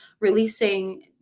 releasing